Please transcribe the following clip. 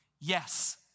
Yes